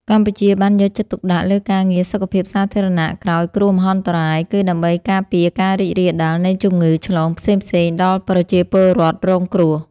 កម្ពុជាបានយកចិត្តទុកដាក់លើការងារសុខភាពសាធារណៈក្រោយគ្រោះមហន្តរាយ គឺដើម្បីការពារការរីករាលដាលនៃជំងឺឆ្លងផ្សេងៗដល់ប្រជាពលរដ្ឋរងគ្រោះ។